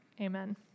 Amen